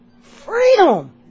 Freedom